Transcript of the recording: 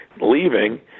leaving